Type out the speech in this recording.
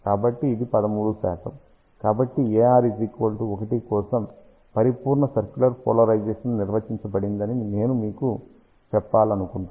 కాబట్టి AR 1 కోసం పరిపూర్ణ సర్క్యులర్ పోలరైజేషన్ నిర్వచించబడిందని నేను మీకు చెప్పాలనుకుంటున్నాను